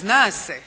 Zna se,